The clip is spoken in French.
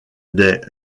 des